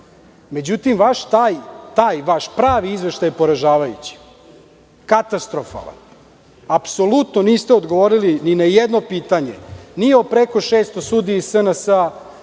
Međutim, taj vaš pravi izveštaj je poražavajući, katastrofalan. Apsolutno niste odgovorili ni na jedno pitanje, ni o preko 600 sudija iz SNS,